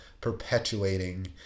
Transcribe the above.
perpetuating